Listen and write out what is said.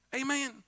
Amen